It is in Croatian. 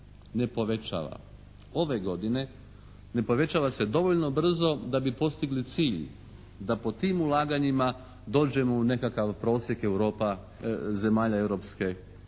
ne povećava. Ove godine ne povećava se dovoljno brzo da bi postigli cilj da po tim ulaganjima dođemo u nekakav prosjek Europa, zemalja Europske,